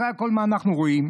מה אנחנו רואים?